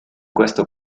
questo